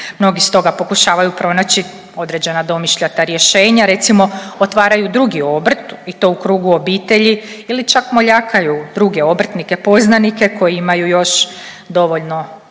Mnogi stoga pokušavaju pronaći određena domišljata rješenja, recimo otvaraju drugi obrt i to u krugu obitelji ili čak moljakaju druge obrtnike, poznanike koji imaju još dovoljno